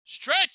stretch